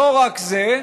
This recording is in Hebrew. לא רק זה,